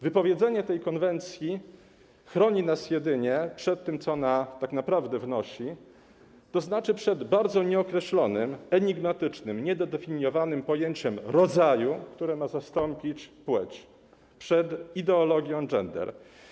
Wypowiedzenie tej konwencji chroni nas jedynie przed tym, co ona tak naprawdę wnosi, tzn. przed bardzo nieokreślonym, enigmatycznym, niedodefiniowanym pojęciem rodzaju, które ma zastąpić płeć, przed ideologią gender.